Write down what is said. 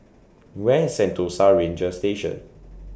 Where IS Sentosa Ranger Station